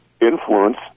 influence